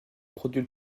produit